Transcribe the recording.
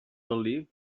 believe